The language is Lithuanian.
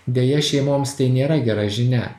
deja šeimoms tai nėra gera žinia